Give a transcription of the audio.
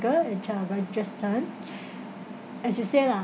in uh rajasthan as you say lah